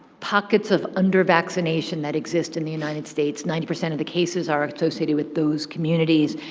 pockets of under-vaccination that exists in the united states, ninety percent of the cases are associated with those communities,